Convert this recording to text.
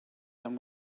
them